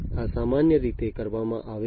આ સામાન્ય રીતે કરવામાં આવે છે